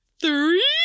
Three